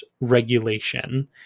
regulation